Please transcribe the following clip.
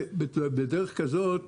בדרך כזאת